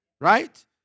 Right